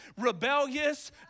rebellious